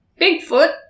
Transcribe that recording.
Bigfoot